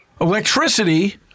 electricity